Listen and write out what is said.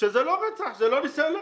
שזה לא רצח, זה לא ניסיון לרצח.